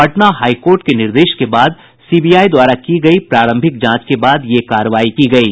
Patna high court के निर्देश के बाद सीबीआई द्वारा की गयी प्रारंभिक जांच के बाद यह कार्रवाई की गयी